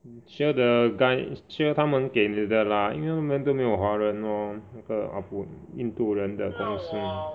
sure the guy sure 他们给你的 lah 因为他们都没有华人 lor 那个 Ah Boon 印度人的公司